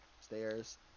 stairs